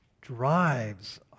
drives